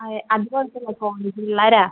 അതെ അതുപോലത്തെ പിള്ളേരാണ്